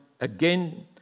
again